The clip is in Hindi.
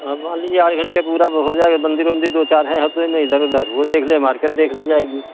हाँ मान लीजिए आठ घंटे पूरा हो जाएगा मंदिर वंदिर है दो चार हफ्ते में इधर उधर वो देख ले मार्केट देख ली जाएगी